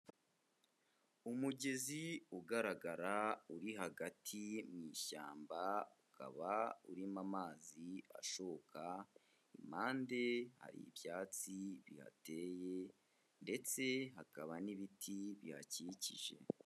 Umugezi ugaragara uri hagati mu ishyamba ukaba urimo amazi ashoka, impande hari ibyatsi bihateye ndetse hakaba n'ibiti bihakikije.